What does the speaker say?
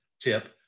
tip